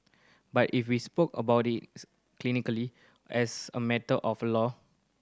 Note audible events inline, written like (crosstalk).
but if we spoke about it (unintelligible) clinically as a matter of law